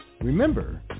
Remember